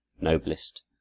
noblest